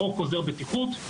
חוק עוזר בטיחות,